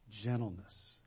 gentleness